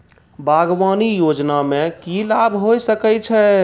बागवानी योजना मे की लाभ होय सके छै?